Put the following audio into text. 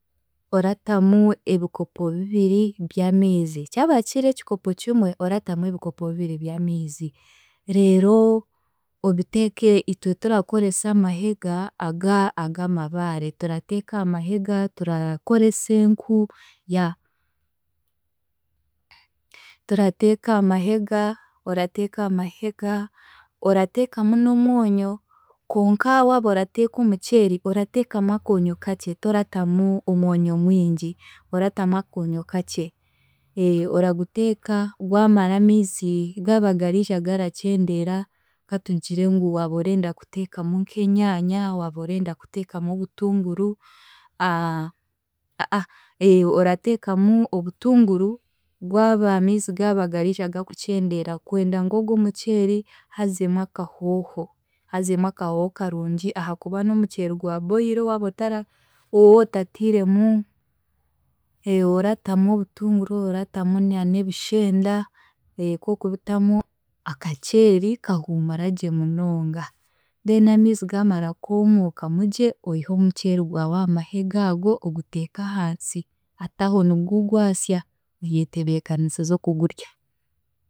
Oratamu ebikopo bibiri by'amiizi, kyaba kiri ekikopo kimwe oratamu ebikopo bibiri by'amiizi reero obiteeke itwe turakoresa amahega aga ag'amabaare turateeka aha mahega, turakoresa enku, yeah turateeka aha mahega orateeka aha mahega orateekamu n'omwonyo konka waaba orateeka omuceeri orateekamu akoonyo kakye toratamu omwonyo mwingi oratamu akoonyo kakye oraguteeka gwamara amiizi giija garakyendeera, katugire ngu waaba orenda kuteekamu nk'enyaanya waaba orenda kuteekamu obutunguru a- a- a- ha ee orateekamu obutunguru gwaba amiizi gariija gakukyendeera kwenda ngu ogwo omuceeri hazemu akahooho, hazemu akahooho karungi ahaakuba n'omuceeri gwa boil waaba otara wootatiiremu oratamu obutunguru oratamu na n'ebishenda kwokubitamu, akaceeri kahuumura gye munonga then amiizi gaamara kwomookamu gye oiha amuceeri gwawe aha mahega ago oguteeka ahansi, hati aho nigu gwasya oyetebeekaniisiza okugurya.